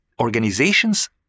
organizations